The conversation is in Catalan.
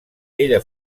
ella